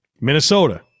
Minnesota